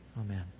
Amen